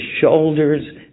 shoulders